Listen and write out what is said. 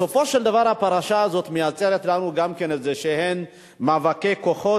בסופו של דבר הפרשה הזאת מייצרת לנו גם איזה מאבקי כוחות,